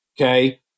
Okay